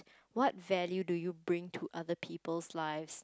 what value do you bring to other people's lives